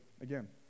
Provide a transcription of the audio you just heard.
again